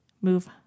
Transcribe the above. move